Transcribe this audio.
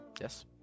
Yes